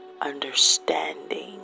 understanding